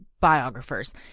biographers